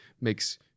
makes